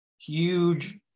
Huge